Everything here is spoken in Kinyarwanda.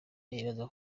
nibaza